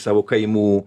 savo kaimų